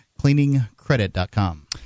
CleaningCredit.com